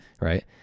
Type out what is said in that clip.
Right